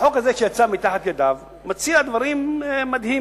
החוק הזה שיצא מתחת ידיו מציע דברים מדהימים.